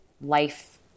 life